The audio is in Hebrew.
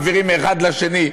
מעבירים מאחד לשני,